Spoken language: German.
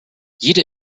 jede